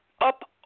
up